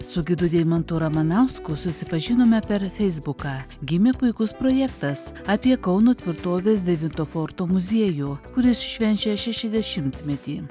su gidu deimantu ramanausku susipažinome per feisbuką gimė puikus projektas apie kauno tvirtovės devinto forto muziejų kuris švenčia šešiasdešimtmetį